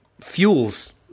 fuels